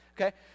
Okay